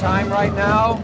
time right now